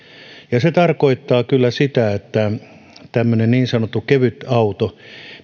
ja se tarkoittaa kyllä sitä että tämmöisen niin sanotun kevytauton